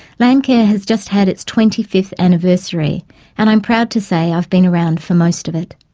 landcare has just had its twenty fifth anniversary and i'm proud to say i've been around for most of it.